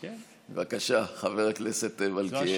בבקשה, חבר הכנסת מלכיאלי, בבקשה.